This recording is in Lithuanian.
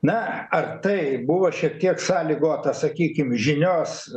na ar tai buvo šiek tiek sąlygota sakykim žinios